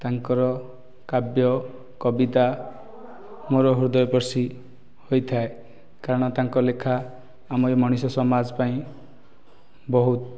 ତାଙ୍କର କାବ୍ୟ କବିତା ମୋର ହୃଦୟସ୍ପର୍ଷୀ ହୋଇଥାଏ କାରଣ ତାଙ୍କ ଲେଖା ଆମର ମଣିଷ ସମାଜ ପାଇଁ ବହୁତ